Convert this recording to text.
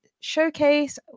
Showcase